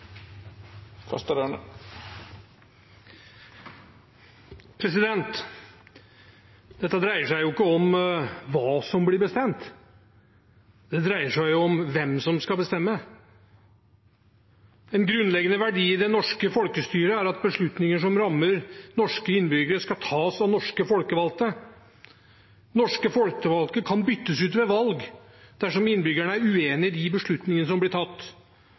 Dette dreier seg ikke om hva som blir bestemt. Det dreier seg om hvem som skal bestemme. En grunnleggende verdi i det norske folkestyret er at beslutninger som rammer norske innbyggere, skal tas av norske folkevalgte. Norske folkevalgte kan byttes ut ved valg dersom innbyggerne er uenig i de beslutningene som blir tatt.